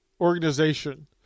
organization